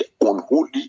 Unholy